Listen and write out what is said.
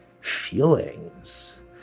feelings